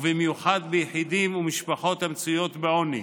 ובייחוד ביחידים ובמשפחות המצויים בעוני.